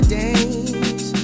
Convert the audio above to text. days